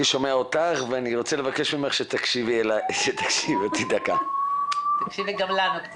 את מרגישה שאת מצליחה לתת את המענה לכל אלפי הפניות